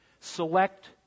select